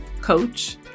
coach